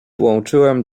włączyłem